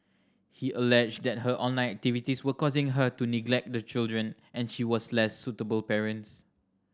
he alleged that her online activities were causing her to neglect the children and she was a less suitable parents